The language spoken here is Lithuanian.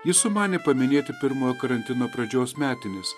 jis sumanė paminėti pirmojo karantino pradžios metines